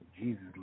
Jesus